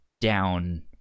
down